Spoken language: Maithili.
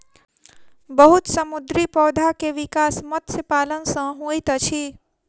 बहुत समुद्री पौधा के विकास मत्स्य पालन सॅ होइत अछि